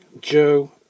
Joe